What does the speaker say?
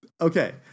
Okay